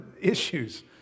issues